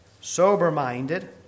sober-minded